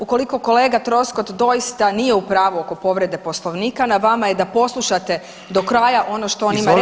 Ukoliko kolega Troskot doista nije u pravu oko povrede Poslovnika na vama je da poslušate do kraja ono što on ima reći…